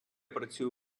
працюю